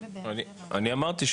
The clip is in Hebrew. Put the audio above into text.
אני אמרתי,